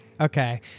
Okay